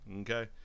Okay